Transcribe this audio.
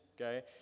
okay